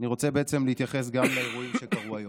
אני רוצה בעצם להתייחס לאירועים שקרו היום,